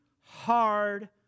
hard